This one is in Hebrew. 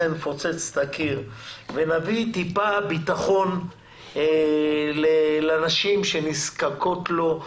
נפוצץ את הקיר ונביא מעט ביטחון לנשים שנזקקות לו.